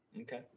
Okay